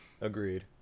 Agreed